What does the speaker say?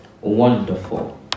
wonderful